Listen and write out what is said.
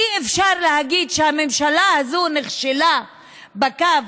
אי-אפשר להגיד שהממשלה הזאת נכשלה בקו